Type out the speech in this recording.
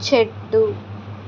చెట్టు